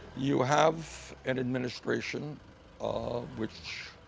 you have an administration which